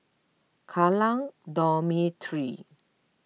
Kallang Dormitory